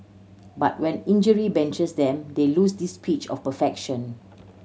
but when injury benches them they lose this pitch of perfection